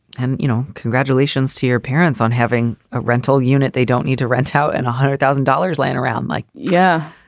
and you know, congratulations to your parents on having a rental unit. they don't need to rent out and one hundred thousand dollars laying around like yeah,